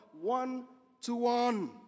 one-to-one